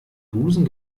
busen